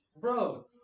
Bro